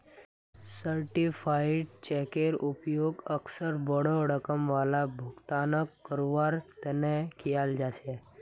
certified चेकेर उपयोग अक्सर बोडो रकम वाला भुगतानक करवार तने कियाल जा छे